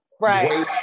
Right